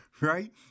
right